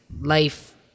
life